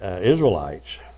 Israelites